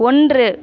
ஒன்று